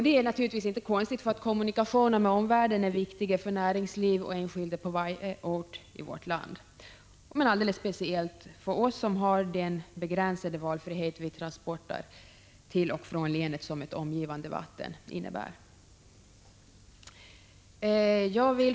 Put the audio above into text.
Det är naturligtvis inte konstigt, eftersom kommunikationer med omvärlden är viktiga för näringsliv och enskilda på varje ort i vårt land, men alldeles speciellt för oss som har den begränsade valfrihet vid transporter till och från länet som ett omgivande vatten innebär.